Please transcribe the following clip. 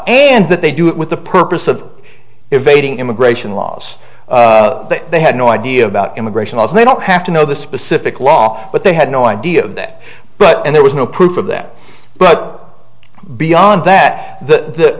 and that they do it with the purpose of evading immigration laws they had no idea about immigration laws they don't have to know the specific law but they had no idea of that but and there was no proof of that but beyond that th